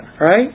right